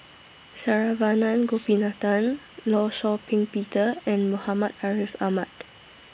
Saravanan Gopinathan law Shau Ping Peter and Muhammad Ariff Ahmad